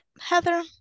Heather